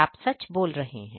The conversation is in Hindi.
आप सच बोल रहे हैं